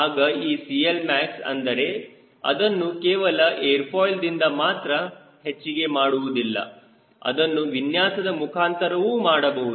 ಆಗ ಈ CLmax ಅಂದರೆ ಅದನ್ನು ಕೇವಲ ಏರ್ ಫಾಯ್ಲ್ ದಿಂದ ಮಾತ್ರ ಹೆಚ್ಚಿಗೆ ಮಾಡುವುದಿಲ್ಲ ಅದನ್ನು ವಿನ್ಯಾಸದ ಮುಖಾಂತರವೂ ಮಾಡಬಹುದು